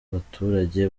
baturage